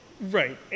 Right